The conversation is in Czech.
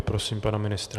Prosím pana ministra.